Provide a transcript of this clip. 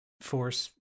force